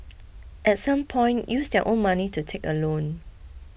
at some point use their own money to take a loan